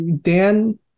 Dan